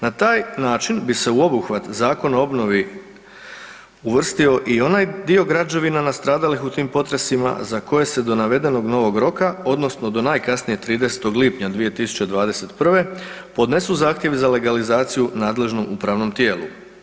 Na taj način bi se u obuhvat Zakona o obnovi uvrstio i onaj dio građevina nastradalih u tim potresima za koje se do navedenog novog roka, odnosno do najkasnije 30. lipnja 2021. podnesu zahtjevi za legalizaciju nadležnom upravnom tijelu.